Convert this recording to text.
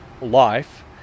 life